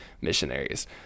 missionaries